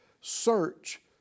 search